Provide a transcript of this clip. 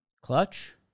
Clutch